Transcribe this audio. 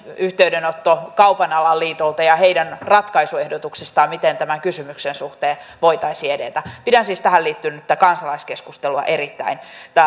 yhteydenotto kaupan alan liitolta ja heidän ratkaisuehdotuksestaan miten tämän kysymyksen suhteen voitaisiin edetä pidän siis tähän liittynyttä kansalaiskeskustelua erittäin